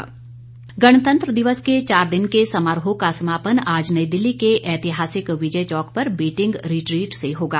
beating retreat गणतंत्र दिवस के चार दिन के समारोह का समापन आज नई दिल्ली के ऐतिहासिक विजय चौक पर बीटिंग रिट्रीट से होगा